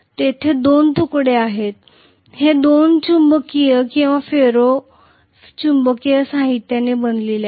तेथे दोन तुकडे आहेत हे दोन्ही चुंबकीय किंवा फेरो चुंबकीय साहित्याने बनलेले आहेत